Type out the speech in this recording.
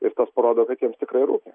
ir tas parodo kad jiems tikrai rūpi